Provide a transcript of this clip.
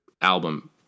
album